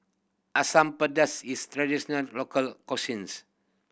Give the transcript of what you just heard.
Asam Pedas is local